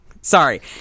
Sorry